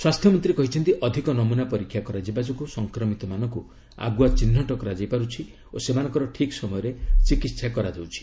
ସ୍ୱାସ୍ଥ୍ୟମନ୍ତ୍ରୀ କହିଛନ୍ତି ଅଧିକ ନମୂନା ପରୀକ୍ଷା କରାଯିବା ଯୋଗୁଁ ସଂକ୍ରମିତମାନଙ୍କୁ ଆଗୁଆ ଚିହ୍ନଟ କରାଯାଇପାରୁଛି ଓ ସେମାନଙ୍କର ଠିକ୍ ସମୟରେ ଚିକିତ୍ସା କରାଯାଉଛି